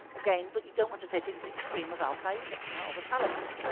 again, but you don't want to take it to the extreme of al-qaeda yeah or the taliban. so